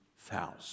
thousand